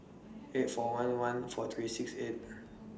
eight four one one four three six eight